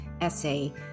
essay